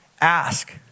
Ask